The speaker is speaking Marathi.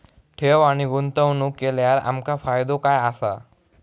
ठेव आणि गुंतवणूक केल्यार आमका फायदो काय आसा?